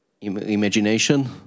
imagination